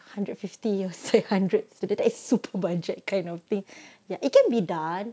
hundred fifty ya seh hundred so that super budget kind of thing ya it can be done